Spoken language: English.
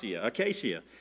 acacia